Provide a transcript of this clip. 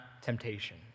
temptation